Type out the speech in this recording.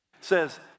says